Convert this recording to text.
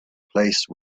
place